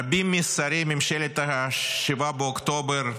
רבים משרי ממשלת 7 באוקטובר,